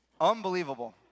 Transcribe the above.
Unbelievable